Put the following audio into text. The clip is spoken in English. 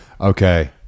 Okay